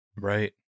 Right